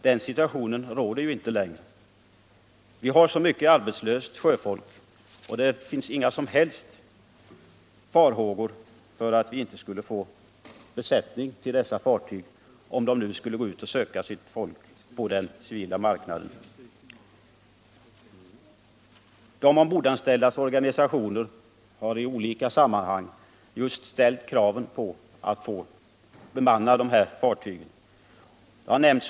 Den situationen råder inte längre. Vi har så mycket arbetslöst sjöfolk att man inte behöver hysa några som helst farhågor för att vi inte skall få besättningar till dessa fartyg — om de nu går ut och söker folk på den civila marknaden. De ombordanställdas organisationer har i olika sammanhang just ställt kravet på att få bemanna fartygen.